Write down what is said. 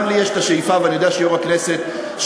גם לי יש השאיפה ואני יודע שיושב-ראש הכנסת שלנו,